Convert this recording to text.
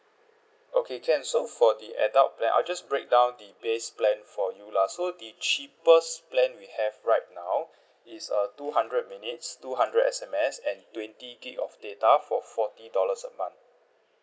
okay can so for the adult plan I'll just break down the base plan for you lah so the cheapest plan we have right now is err two hundred minutes two hundred S_M_S and twenty gigabyte of data for forty dollars a month